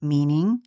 Meaning